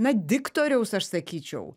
na diktoriaus aš sakyčiau